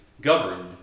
governed